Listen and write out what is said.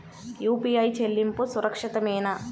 UPI చెల్లింపు సురక్షితమేనా?